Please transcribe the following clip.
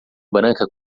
branca